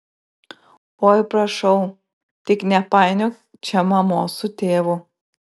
oi prašau tik nepainiok čia mamos su tėvu